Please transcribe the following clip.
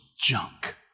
junk